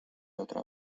otra